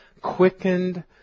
quickened